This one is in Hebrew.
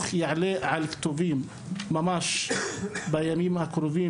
שיעלה על הכתובים ההסכם שבין המועצה ומערך ההיסעים,